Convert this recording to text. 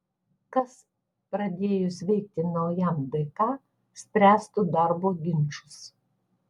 kas pradėjus veikti naujam dk spręstų darbo ginčus